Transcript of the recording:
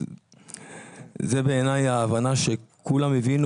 זה בעיניי ההבנה שכולם הבינו,